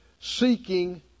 seeking